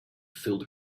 filled